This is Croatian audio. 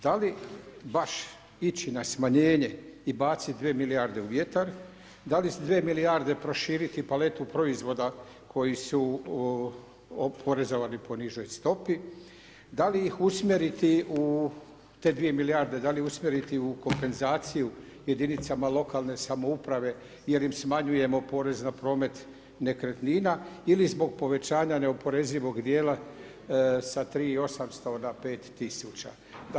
Da li baš ići na smanjenje i baciti dvije milijarde u vjetar, da li s dvije milijarde proširiti paletu proizvoda koji su oporezovani po nižoj stopi, da li ih usmjeriti, te dvije milijarde da li usmjeriti u kompenzaciju jedinicama lokalne samouprave jer im smanjujemo porez na promet nekretnina ili zbog povećanja neoporezivog dijela sa 3800 na 5 tisuća.